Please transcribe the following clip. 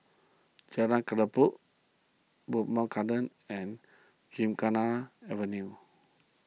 Jalan Bowmont Gardens and Gymkhana Avenue